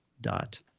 dot